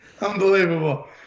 Unbelievable